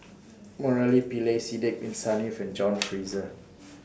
Murali Pillai Sidek Bin Saniff and John Fraser